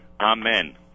Amen